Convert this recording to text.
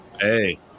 Hey